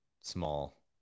small